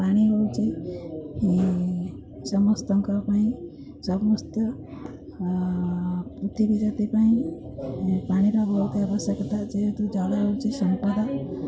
ପାଣି ହେଉଛି ସମସ୍ତଙ୍କ ପାଇଁ ସମସ୍ତ ପୃଥିବୀ ଜାତି ପାଇଁ ପାଣିର ବହୁତ ଆବଶ୍ୟକତା ଯେହେତୁ ଜଳ ହେଉଛି ସମ୍ପଦ